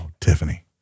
Tiffany